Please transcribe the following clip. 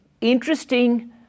interesting